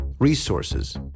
resources